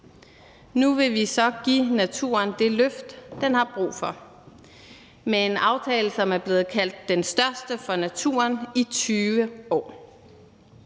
Nu vil vi så give naturen det løft, den har brug for, med en aftale, som er blevet kaldt den største for naturen i 20 år.